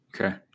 Okay